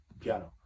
piano